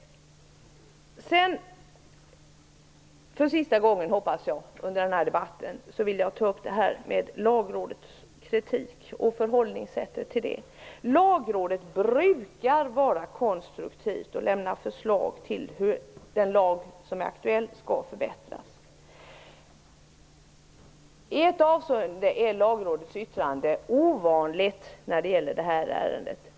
För sista gången under denna debatt, hoppas jag, vill jag ta upp Lagrådets kritik och förhållningssättet till den. Lagrådet brukar vara konstruktivt och lämna förslag till hur den lag som är aktuell skall förbättras. I ett avseende är Lagrådets yttrande ovanligt när det gäller detta ärende.